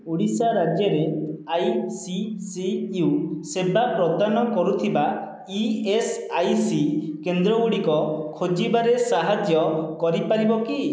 ଓଡ଼ିଶା ରାଜ୍ୟରେ ଆଇସିସିୟୁ ସେବା ପ୍ରଦାନ କରୁଥିବା ଇଏସ୍ଆଇସି କେନ୍ଦ୍ରଗୁଡ଼ିକ ଖୋଜିବାରେ ସାହାଯ୍ୟ କରିପାରିବ କି